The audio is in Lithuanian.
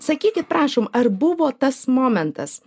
sakykit prašom ar buvo tas momentas